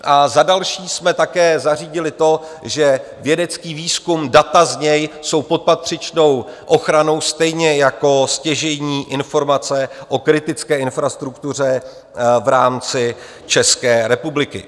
A za další jsme také zařídili to, že vědecký výzkum, data z něj jsou pod patřičnou ochranou, stejně jako stěžejní informace o kritické infrastruktuře v rámci České republiky.